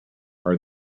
are